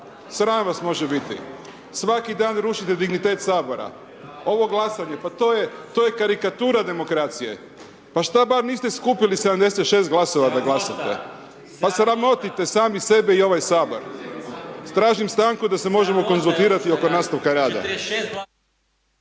Sram vas može biti. Svaki dan rušite dignitet Sabora, ovo glasanje, pa to je, to je karikatura demokracije, pa šta bar niste skupili 76 glasova da glasate, pa sramotite sami sebe i ovaj Sabor. Tražim stanku da se možemo konzultirati oko nastavka rada.